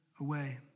away